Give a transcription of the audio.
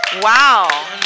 Wow